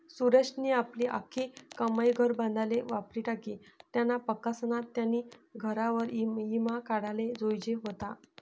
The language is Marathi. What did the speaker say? सुरेशनी आपली आख्खी कमाई घर बांधाले वापरी टाकी, त्यानापक्सा त्यानी घरवर ईमा काढाले जोयजे व्हता